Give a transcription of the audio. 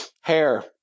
Hair